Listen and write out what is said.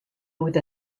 with